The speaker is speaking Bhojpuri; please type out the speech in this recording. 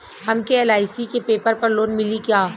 हमके एल.आई.सी के पेपर पर लोन मिली का?